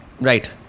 Right